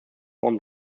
won